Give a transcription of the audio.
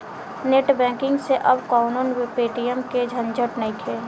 net banking से अब कवनो पेटीएम के झंझट नइखे